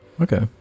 Okay